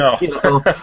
No